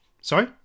sorry